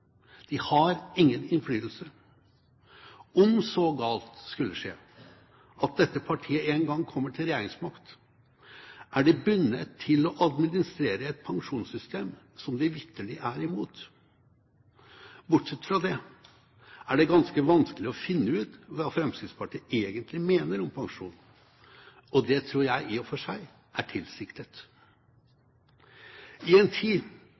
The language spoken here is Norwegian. De har ingen innflytelse. Om så galt skulle skje at dette partiet en gang kommer til regjeringsmakt, er de bundet til å administrere et pensjonssystem som de vitterlig er imot. Bortsett fra det er det ganske vanskelig å finne ut hva Fremskrittspartiet egentlig mener om pensjon. Det tror jeg i og for seg er tilsiktet. I en tid